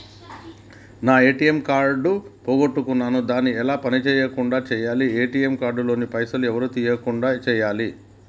నా ATM card పోగొట్టుకున్నా దాన్ని ఎలా పని చేయకుండా చేయాలి ఏ.టి.ఎమ్ కార్డు లోని పైసలు ఎవరు తీసుకోకుండా చేయాలి?